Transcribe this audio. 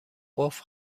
قفل